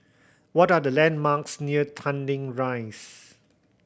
what are the landmarks near Tanglin Rise